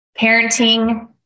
parenting